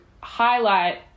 highlight